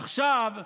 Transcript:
עכשיו,